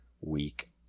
week